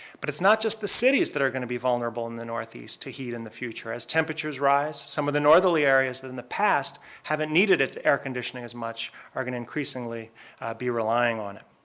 but it's not just the cities that are going to be vulnerable in the northeast to heat in the future. as temperatures rise, some of the northerly areas that in the past haven't needed air conditioning as much are going to increasingly be relying on it.